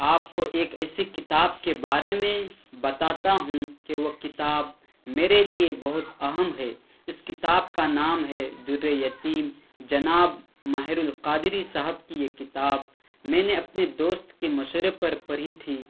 آپ کو ایک ایسی کتاب کے بارے میں بتاتا ہوں کہ وہ کتاب میرے لیے بہت اہم ہے اس کتاب کا نام ہے در یتیم جناب ماہر القادری صاحب کی یہ کتاب میں نے اپنے دوست کے مشورے پر پڑھی تھی